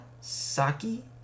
Saki